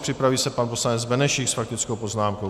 Připraví se pan poslanec Benešík s faktickou poznámkou.